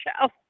show